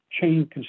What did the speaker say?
chain